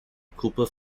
cooper